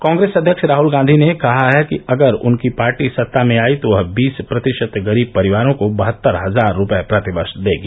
कांग्रेस अध्यक्ष राहल गांधी ने कहा है कि अगर उनकी पार्टी सत्ता में आई तो वह बीस प्रतिशत गरीब परिवारों को बहत्तर हजार रूपये प्रतिवर्ष देगी